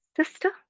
sister